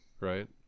right